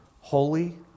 holy